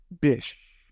Bish